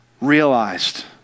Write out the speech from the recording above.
realized